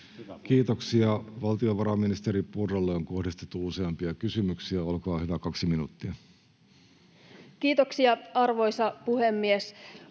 Kiitoksia. — Valtiovarainministeri Purralle on kohdistettu useampia kysymyksiä. — Olkaa hyvä, kaksi minuuttia. Kiitoksia, arvoisa puhemies!